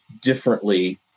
differently